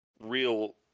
real